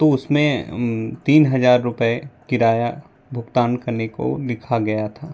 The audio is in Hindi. तो उसमें तीन हजार रूपए किराया भुगतान करने को लिखा गया था